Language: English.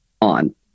on